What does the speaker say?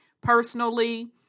personally